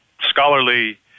scholarly